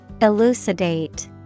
Elucidate